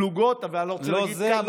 פלוגות, אבל אני לא רוצה להגיד כמה.